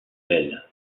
belle